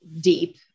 deep